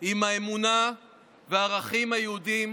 עם האמונה והערכים היהודיים,